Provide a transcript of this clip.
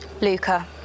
Luca